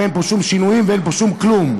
ואין פה שום שינויים ואין פה שום כלום.